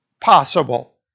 possible